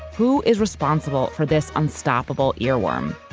who is responsible for this unstoppable earworm?